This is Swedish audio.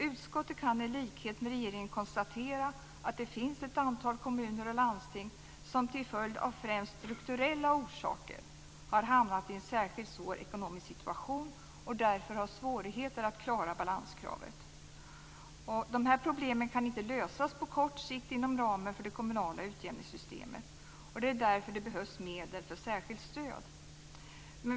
Utskottet kan i likhet med regeringen konstatera att det finns ett antal kommuner och landsting som till följd av främst strukturella orsaker har hamnat i en särskilt svår ekonomisk situation och därför har svårigheter att klara balanskravet. Dessa problem kan inte lösas på kort sikt inom ramen för det kommunala utjämningssystemet. Det är därför det behövs medel för särskilt stöd.